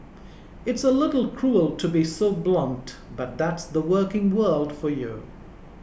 it's a little cruel to be so blunt but that's the working world for you